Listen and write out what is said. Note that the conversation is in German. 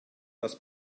das